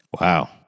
Wow